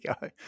go